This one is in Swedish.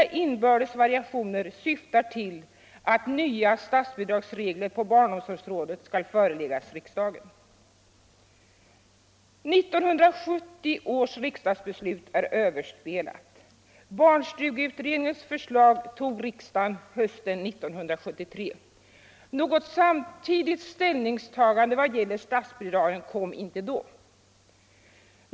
1970 års riksdagsbeslut är överspelat. Barnstugeutredningens förslag tog riksdagen hösten 1973. Något samtidigt ställningstagande i vad gäller statsbidragen gjordes inte då.